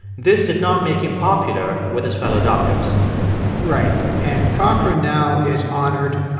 this did not make him popular with his fellow doctors right. and cochrane now is honored,